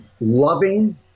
loving